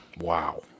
Wow